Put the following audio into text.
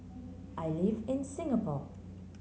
I live in Singapore